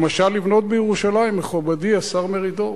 למשל, לבנות בירושלים, מכובדי השר מרידור.